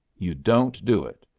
you don't do it.